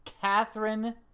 Catherine